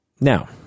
now